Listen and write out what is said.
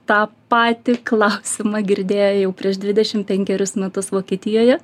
tą patį klausimą girdėjo jau prieš dvidešim penkerius metus vokietijoje